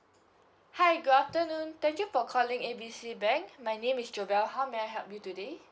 hi good afternoon thank you for calling A B C bank my name is jovel how may I help you today